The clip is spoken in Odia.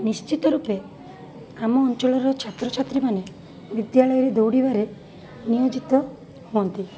ନିଶ୍ଚିତ ରୂପେ ଆମ ଅଞ୍ଚଳର ଛାତ୍ରଛାତ୍ରୀମାନେ ବିଦ୍ୟାଳୟରେ ଦୌଡ଼ିବାରେ ନିୟୋଜିତ ହୁଅନ୍ତି